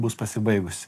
bus pasibaigusi